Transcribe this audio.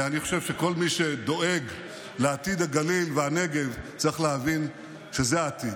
ואני חושב שכל מי שדואג לעתיד הגליל והנגב צריך להבין שזה העתיד.